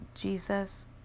Jesus